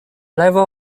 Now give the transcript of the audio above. level